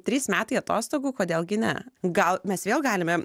trys metai atostogų kodėl gi ne gal mes vėl galime